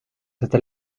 cette